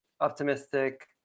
optimistic